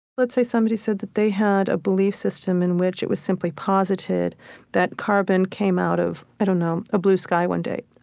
let's say somebody said that they had a belief system in which it was simply posited that carbon came out of, i don't know, a blue sky one day.